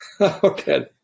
Okay